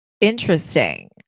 Interesting